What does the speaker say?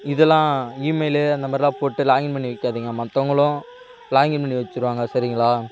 இதெல்லாம் ஈமெயிலு அந்தமாரிலாம் போட்டு லாகின் பண்ணி வைக்காதிங்க மத்தவங்களும் லாகின் பண்ணி வெச்சிருவாங்க சரிங்களா